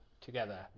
together